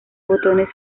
botones